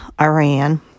Iran